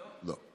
לא.